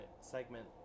segment